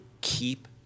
keep